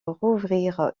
rouvrir